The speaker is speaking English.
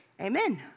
Amen